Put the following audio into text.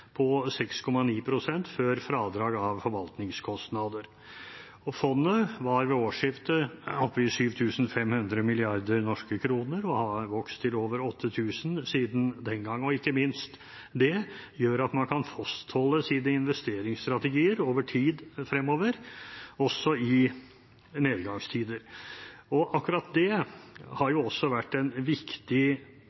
på 6,9 pst. før fradrag av forvaltningskostnader. Fondet var ved årsskiftet oppe i 7 500 mrd. NOK og har vokst til over 8 000 mrd. NOK siden den gang. Ikke minst det gjør at man kan fastholde sine investeringsstrategier over tid fremover også i nedgangstider. Akkurat det har